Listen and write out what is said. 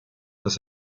dass